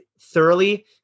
thoroughly